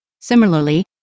Similarly